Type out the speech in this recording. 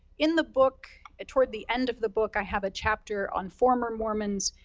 in the book, ah toward the end of the book, i have a chapter on former mormons,